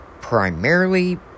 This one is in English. primarily